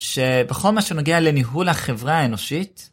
ש...בכל מה שמגיע לניהול החברה האנושית,